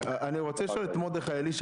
אני רוצה לשמוע את העמדה של מרדכי אלישע.